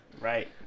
Right